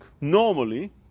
normally